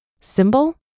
Symbol